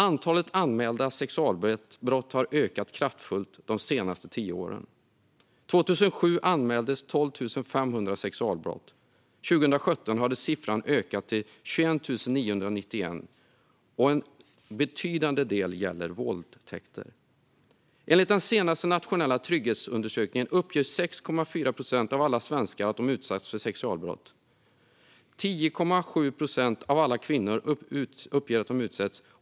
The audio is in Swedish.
Antalet anmälda sexualbrott har de senaste tio åren ökat kraftigt. År 2007 anmäldes 12 500 sexualbrott. År 2017 hade siffran ökat till 21 991. En betydande del gäller våldtäkter. Enligt den senaste nationella trygghetsundersökningen uppgav 6,4 procent av alla svenskar att de har utsatts för sexualbrott. 10,7 procent av alla kvinnor uppgav att de utsatts.